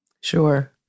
Sure